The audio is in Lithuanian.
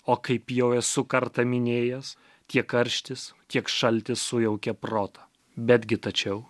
o kaip jau esu kartą minėjęs tiek karštis tiek šaltis sujaukia protą bet gi tačiau